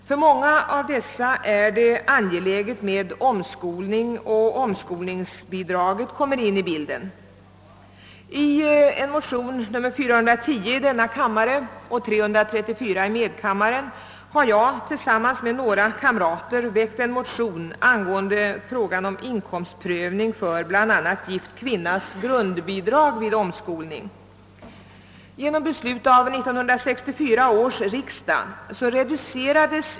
För många av dessa är det angeläget med omskolning, och omskolningsbidraget kommer in i bilden. I motion II:410 — lika lydande med motion I: 334 — som jag varit med om att väcka framförs förslag angående inkomstprövningen för bland annat gift kvinnas grundbidrag vid omskolning.